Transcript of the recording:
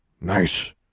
Nice